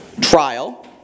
Trial